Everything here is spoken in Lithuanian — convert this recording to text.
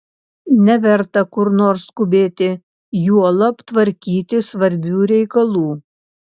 neverta kur nors skubėti juolab tvarkyti svarbių reikalų